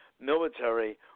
military